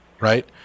right